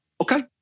okay